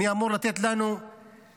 מי אמור לתת לנו בתים?